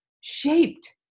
shaped